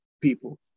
people